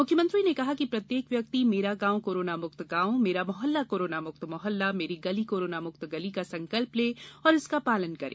मुख्यमंत्री ने कहा कि प्रत्येक व्यक्ति मेरा गाँव कोरोना मुक्त गाँव मेरा मोहल्ला कोरोना मुक्त मोहल्ला मेरी गली कोरोना मुक्त गली का संकल्प लें और इसका पालन करें